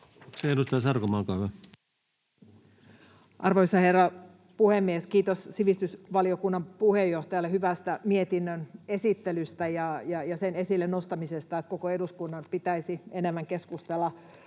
Arvoisa herra puhemies! Kiitos sivistysvaliokunnan puheenjohtajalle hyvästä mietinnön esittelystä ja sen esille nostamisesta, että koko eduskunnan pitäisi enemmän keskustella